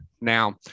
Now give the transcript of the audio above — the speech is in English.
Now